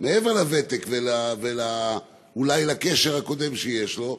מעבר לוותק ואולי לקשר הקודם שיש לו,